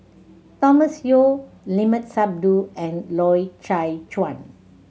Thomas Yeo Limat Sabtu and Loy Chye Chuan